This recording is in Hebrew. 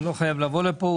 לא חייב לבוא לפה.